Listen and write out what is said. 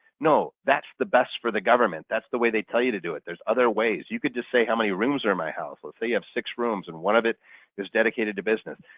no, that's the best for the government. that's the way they tell you to do it, there's other ways. you could just say how many rooms are my house. let's say you have six rooms and one of it is dedicated to business,